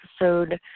Episode